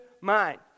mind